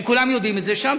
הם כולם יודעים את זה שם,